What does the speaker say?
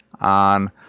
on